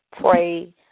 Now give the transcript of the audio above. pray